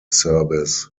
service